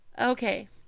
Okay